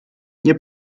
nie